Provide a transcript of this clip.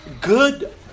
good